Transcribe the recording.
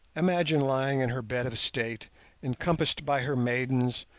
imagine lying in her bed of state encompassed by her maidens,